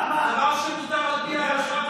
דבר שמותר על פי ההלכה,